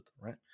right